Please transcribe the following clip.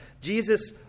Jesus